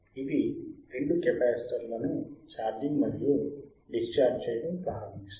ఇది రెండు కెపాసిటర్లను ఛార్జింగ్ మరియు డిశ్చార్జ్ చేయడం ప్రారంభిస్తుంది